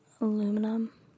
aluminum